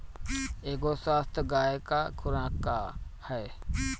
एगो स्वस्थ गाय क खुराक का ह?